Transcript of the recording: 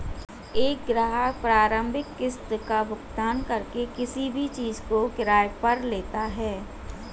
एक ग्राहक प्रारंभिक किस्त का भुगतान करके किसी भी चीज़ को किराये पर लेता है